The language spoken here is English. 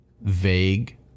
vague